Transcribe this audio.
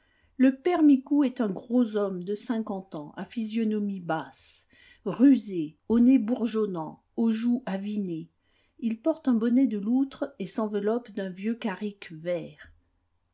le père micou est un gros homme de cinquante ans à physionomie basse rusée au nez bourgeonnant aux joues avinées il porte un bonnet de loutre et s'enveloppe d'un vieux carrick vert